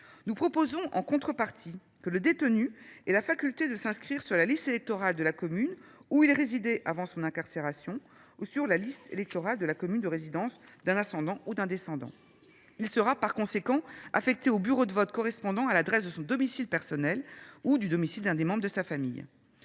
Nous proposons, en contrepartie, que le détenu ait la possibilité de s’inscrire sur la liste électorale de la commune où il résidait avant son incarcération, ou sur la liste électorale de la commune de résidence d’un ascendant ou d’un descendant. Il sera par conséquent affecté au bureau de vote correspondant à l’adresse de son domicile personnel ou du domicile d’un des membres de sa famille.